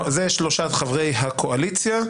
זה שלושת חברי הקואליציה,